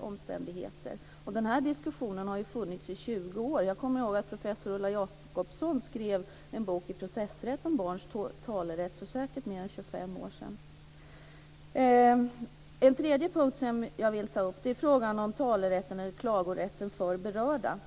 omständigheter. Den här diskussionen har funnits i 20 år. Jag kommer ihåg att professor Ulla Jacobsson för säkert mer än 25 år sedan skrev en bok i processrätt om barns talerätt. För det tredje vill jag ta upp frågan om talerätt, klagorätt, för berörda.